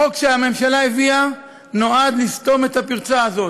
החוק שהממשלה הביאה נועד לסתום את הפרצה הזאת.